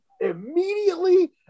Immediately